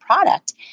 product